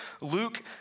Luke